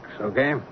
okay